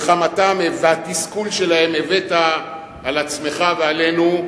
חמתם והתסכול שלהם הבאת על עצמך ועלינו,